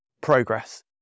progress